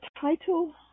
title